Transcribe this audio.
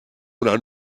una